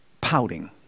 pouting